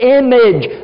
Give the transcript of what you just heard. image